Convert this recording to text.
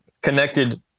connected